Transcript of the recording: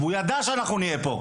והוא ידע שאנחנו נהיה פה.